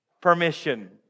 permission